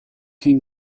king